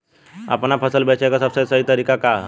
आपन फसल बेचे क सबसे सही तरीका का ह?